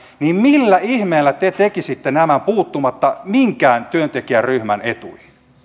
millä ihmeellä te tekisitte nämä puuttumatta minkään työntekijäryhmän etuihin